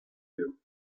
you